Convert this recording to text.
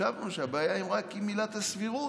חשבנו שהבעיה היא רק עם עילת הסבירות,